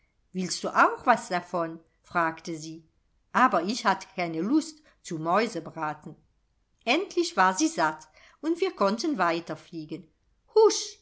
willst du auch was davon fragte sie aber ich hatte keine lust zu mäusebraten endlich war sie satt und wir konnten weiterfliegen husch